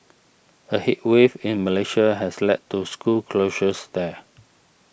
a heat wave in Malaysia has led to school closures there